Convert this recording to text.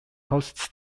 hosts